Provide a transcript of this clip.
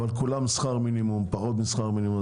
אבל כולם פחות משכר מינימום,